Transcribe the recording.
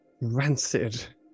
rancid